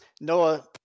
Noah